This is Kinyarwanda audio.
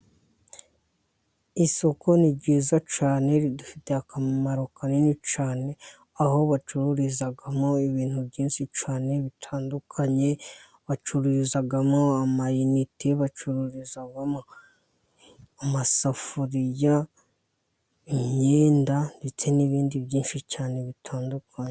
Isoko ni ryiza cyane, ridufitiye akamaro kanini cyane aho bacururizamo ibintu byinshi cyane bitandukanye, bacururizamo amayinite, bacururizamo amasafuriya, imyenda, ndetse n'ibindi byinshi cyane bitandukanye.